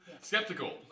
Skeptical